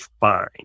fine